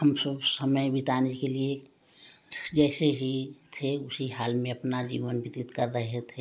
हम सब समय बिताने के लिये जैसे ही थे उसी हाल में अपना जीवन व्यतीत कर रहे थे